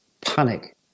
panic